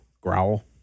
growl